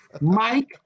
Mike